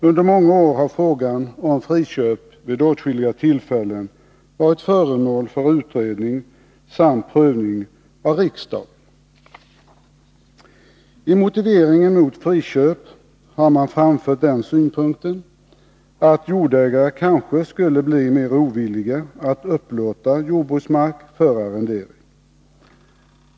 Under många år har frågan om friköp vid åtskilliga tillfällen varit föremål för utredning samt prövning av riksdagen. I motiveringen mot friköpsrätt har man framfört den synpunkten att jordägarna kanske skulle bli mer ovilliga att upplåta jordbruksmark för arrendering.